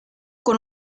con